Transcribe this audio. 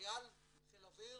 חייל בחיל האוויר,